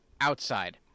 outside—